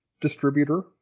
distributor